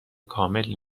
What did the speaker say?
کامل